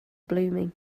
blooming